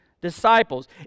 disciples